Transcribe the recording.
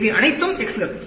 இவை அனைத்தும் x கள்